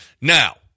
Now